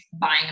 buying